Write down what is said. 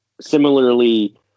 similarly